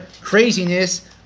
craziness